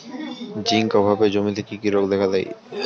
Zinc অভাবে জমিতে কি কি রোগ দেখাদেয়?